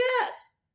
yes